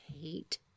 hate